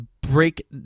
break